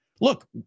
Look